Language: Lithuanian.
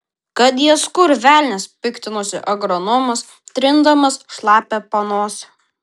kad jas kur velnias piktinosi agronomas trindamas šlapią panosę